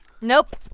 Nope